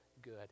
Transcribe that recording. good